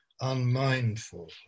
unmindful